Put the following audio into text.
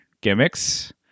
gimmicks